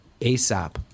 ASAP